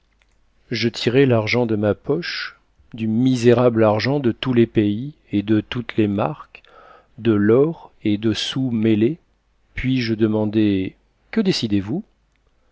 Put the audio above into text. je tirai l'argent de ma poche du misérable argent de tous les pays et de toutes les marques de l'or et des sous mêlés puis je demandai que décidez-vous